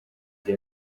muri